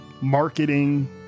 marketing